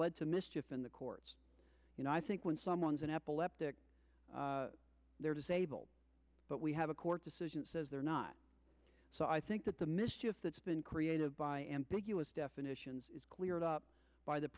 lead to mischief in the courts you know i think when someone's an epileptic they're disabled but we have a court decision says they're not so i think that the mischief that's been created by ambiguous definitions is cleared up by the